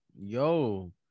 yo